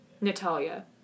Natalia